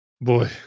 Boy